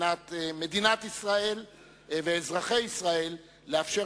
מבחינת מדינת ישראל ואזרחי ישראל לאפשר